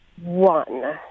One